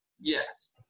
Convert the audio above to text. Yes